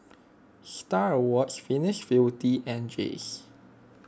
Star Awards Venus Beauty and Jays